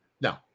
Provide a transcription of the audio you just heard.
No